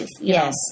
Yes